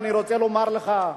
אני רוצה לומר לך,